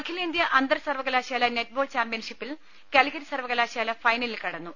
അഖിലേന്ത്യ അന്തർ സർവകലാശാല നെറ്റ്ബാൾ ചാംപ്യൻഷിപ്പിൽ കാലികറ്റ് സർവകലാശാല ഫൈനലിൽ കടന്നു